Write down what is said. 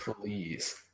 Please